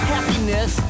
Happiness